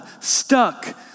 stuck